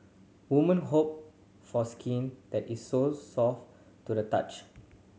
woman hope for skin that is so soft to the touch